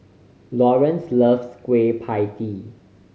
Laurance loves Kueh Pie Tee